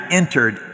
entered